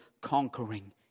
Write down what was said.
conquering